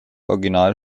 original